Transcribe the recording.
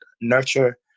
nurture